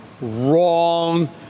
Wrong